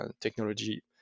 technology